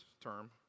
term